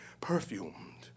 perfumed